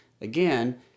again